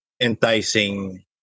enticing